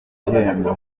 gihembo